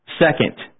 Second